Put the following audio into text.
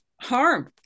harm